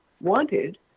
wanted